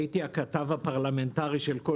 הייתי הכתב הפרלמנטרי של קול ישראל.